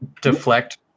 deflect